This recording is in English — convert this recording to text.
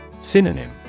Synonym